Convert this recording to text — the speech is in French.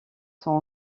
sont